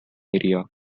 area